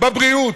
בבריאות,